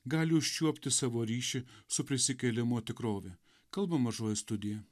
gali užčiuopti savo ryšį su prisikėlimo tikrove kalba mažoji studija